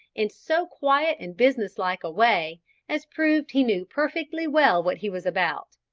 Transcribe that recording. in so quiet and business-like a way as proved he knew perfectly well what he was about.